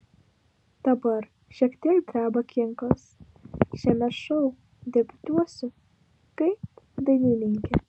dabar šiek tiek dreba kinkos šiame šou debiutuosiu kaip dainininkė